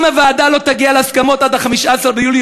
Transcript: אם הוועדה לא תגיע להסכמות עד 15 ביולי,